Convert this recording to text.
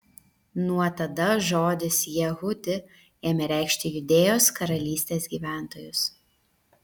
nuo tada žodis jehudi ėmė reikšti judėjos karalystės gyventojus